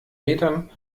metern